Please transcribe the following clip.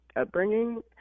upbringing